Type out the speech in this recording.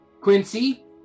Quincy